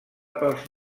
pels